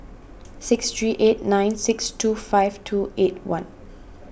six three eight nine six two five two eight one